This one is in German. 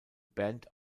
band